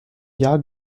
jahr